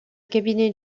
cabinet